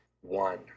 one